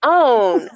own